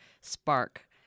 spark